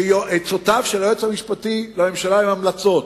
שעצותיו של היועץ המשפטי לממשלה הן המלצות,